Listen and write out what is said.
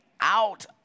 out